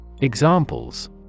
Examples